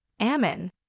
Amen